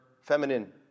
feminine